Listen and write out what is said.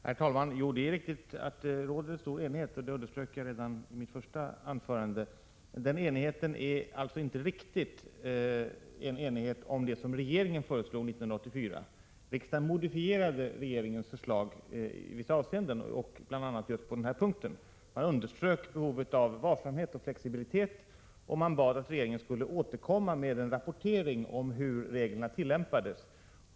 Herr talman! Det är riktigt att det råder stor enighet — det underströk jag redan i mitt första anförande. Men den enigheten gäller inte riktigt det som regeringen föreslog 1984; riksdagen modifierade regeringens förslag i vissa avseenden, bl.a. just på den här punkten. Riksdagen underströk behovet av varsamhet och flexibilitet och bad att regeringen skulle återkomma med en rapportering om hur reglerna tillämpades.